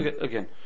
again